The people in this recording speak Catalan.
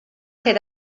ser